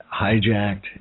hijacked